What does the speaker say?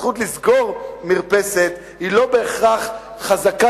הזכות לסגור מרפסת היא לא בהכרח חזקה